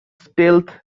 stealth